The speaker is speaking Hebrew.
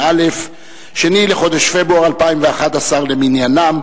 2 בחודש פברואר 2011 למניינם.